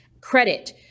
credit